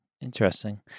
Interesting